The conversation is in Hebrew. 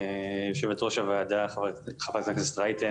יושבת-ראש הוועדה חברת הכנסת רייטן,